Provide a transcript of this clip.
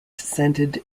scented